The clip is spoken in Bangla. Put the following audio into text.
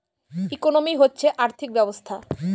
ইকোনমি হচ্ছে আর্থিক ব্যবস্থা